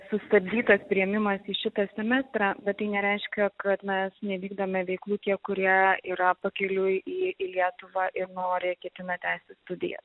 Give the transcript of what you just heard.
sustabdytas priėmimas į šitą semestrą bet tai nereiškia kad mes nevykdome veiklų tie kurie yra pakeliui į į lietuvą ir nori ketina tęsti studijas